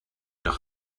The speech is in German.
doch